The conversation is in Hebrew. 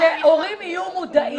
שהורים יהיו מודעים,